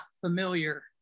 familiar